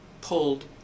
pulled